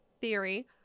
theory